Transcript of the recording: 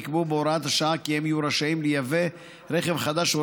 נקבע בהוראת השעה כי הם יהיו רשאים לייבא רכב חדש או